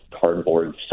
cardboard